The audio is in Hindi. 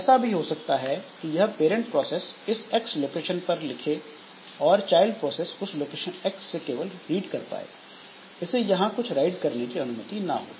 ऐसा भी हो सकता है कि यह पेरेंट प्रोसेस इस एक्स लोकेशन पर लिखे और चाइल्ड प्रोसेस इस लोकेशन एक्स से केवल रीड कर पाए इसे यहां कुछ राइट करने की अनुमति ना हो